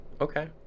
Okay